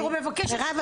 אני מבקשת --- מירב,